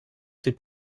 ces